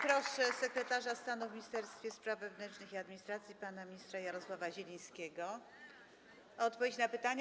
Proszę sekretarza stanu w Ministerstwie Spraw Wewnętrznych i Administracji pana ministra Jarosława Zielińskiego o odpowiedź na pytania.